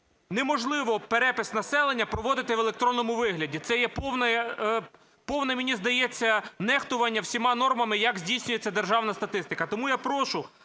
Неможливо перепис населення проводити в електронному вигляді, це є повне, мені здається, нехтування всіма нормами, як здійснюється державна статистика. Тому я прошу